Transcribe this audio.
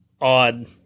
odd